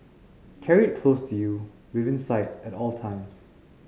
carry it close to you within sight at all times